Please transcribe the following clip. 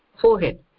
forehead